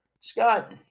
Scott